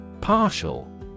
Partial